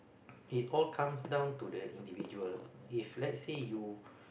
it all comes down to the individual if lets say you